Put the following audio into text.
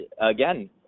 again